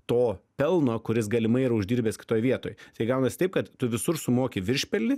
to pelno kuris galimai yra uždirbęs kitoj vietoj tai gaunas taip kad tu visur sumoki viršpelnį